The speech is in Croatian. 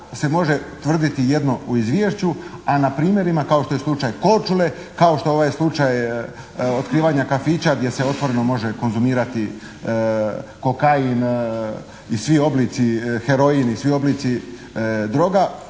se može tvrditi jedno u izvješću a na primjerima, kao što je slučaj Korčule, kao što je ovaj slučaj otkrivanja kafića gdje se otvoreno može konzumirati kokain, i svi oblici, heroin, i svi oblici droga,